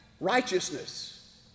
righteousness